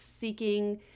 seeking